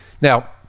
now